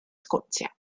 scozia